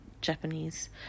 Japanese